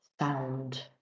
sound